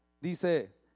dice